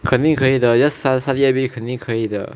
肯定可以的 just stusy everyday 肯定可以的